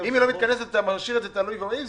אם היא לא מתכנסת, אתה משאיר את זה תלוי ועומד.